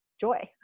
joy